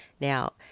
Now